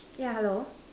yeah hello